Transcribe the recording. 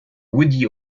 woody